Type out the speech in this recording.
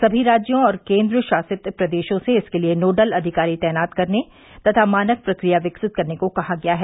सभी राज्यों और केंद्र शासित प्रदेशों से इसके लिए नोडल अधिकारी तैनात करने तथा मानक प्रक्रिया विकसित करने को कहा गया है